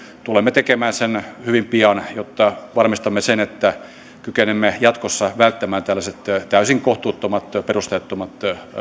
tulemme tekemään sen hyvin pian jotta varmistamme sen että kykenemme jatkossa välttämään tällaiset täysin kohtuuttomat perusteettomat